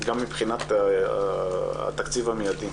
גם מבחינת התקציב המיידי.